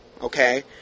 okay